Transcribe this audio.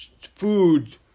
food